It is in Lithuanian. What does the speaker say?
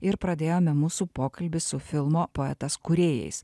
ir pradėjome mūsų pokalbį su filmo poetas kūrėjais